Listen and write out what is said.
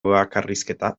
bakarrizketa